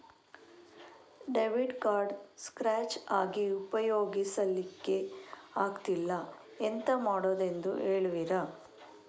Debit card scratch ಆಗಿ ಉಪಯೋಗಿಸಲ್ಲಿಕ್ಕೆ ಆಗ್ತಿಲ್ಲ, ಎಂತ ಮಾಡುದೆಂದು ಹೇಳುವಿರಾ?